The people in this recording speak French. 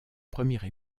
première